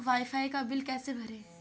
Wi fi का bill कैसे भरें?